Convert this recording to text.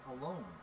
alone